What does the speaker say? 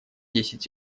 десять